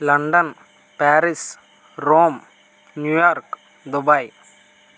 London Paris Rome New York Dubai